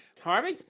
Harvey